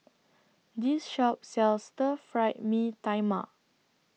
This Shop sells Stir Fried Mee Tai Mak